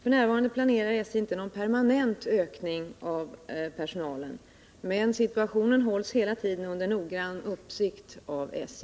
SJ planerar inte f. n. någon permanent ökning av personalen, men situationen hålls hela tiden under noggrann uppsikt av SJ.